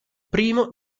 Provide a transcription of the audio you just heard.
primo